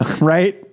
Right